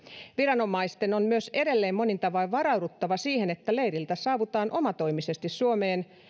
viranomaisten on myös edelleen monin tavoin varauduttava siihen että leiriltä saavutaan omatoimisesti suomeen